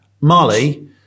Mali